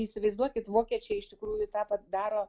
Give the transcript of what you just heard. įsivaizduokit vokiečiai iš tikrųjų tą pat daro